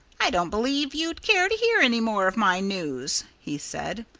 i don't believe you'd care to hear any more of my news, he said.